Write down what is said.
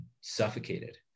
suffocated